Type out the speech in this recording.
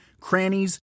crannies